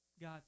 God